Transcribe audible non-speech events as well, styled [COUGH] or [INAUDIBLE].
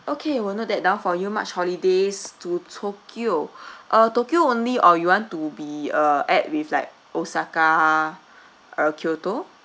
okay willl note that down for you march holidays to tokyo [BREATH] uh tokyo only or you want to be uh add with like osaka or kyoto